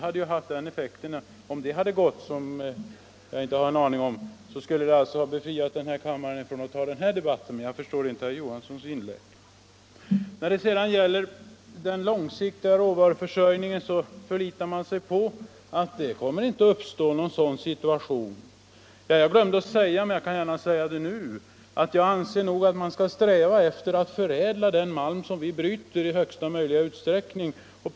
Om det hade gått — vilket jag inte har en aning om — skulle det alltså ha befriat kammaren från att ta den här debatten. Men jag förstår inte herr Johanssons inlägg. När det gäller den långsiktiga råvaruförsörjningen förlitar man sig på att det inte kommer att uppstå någon sådan situation som man här befarar. Jag glömde att säga —- men kan gärna säga det nu — att jag anser att man skall sträva efter att i största möjliga utsträckning förädla den malm som vi bryter.